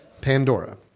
Pandora